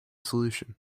solution